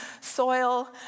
soil